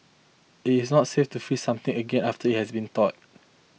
it is not safe to freeze something again after it has thawed